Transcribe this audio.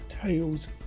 tails